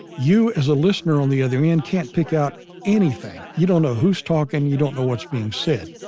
you, as a listener on the other end, can't pick out anything. you don't know who's talking, you don't know what's being said.